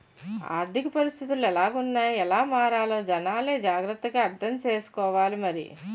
ఆర్థిక పరిస్థితులు ఎలాగున్నాయ్ ఎలా మారాలో జనాలే జాగ్రత్త గా అర్థం సేసుకోవాలి మరి